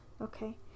okay